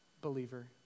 believer